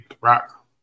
rock